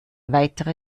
weitere